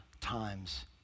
times